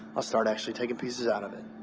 ah start actually taking pieces out of it.